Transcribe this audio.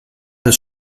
des